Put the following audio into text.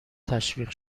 تشویق